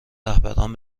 رهبران